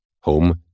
home